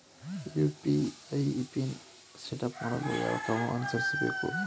UPI PIN setup ಮಾಡಲು ಯಾವ ಕ್ರಮ ಅನುಸರಿಸಬೇಕು?